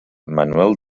manuel